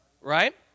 right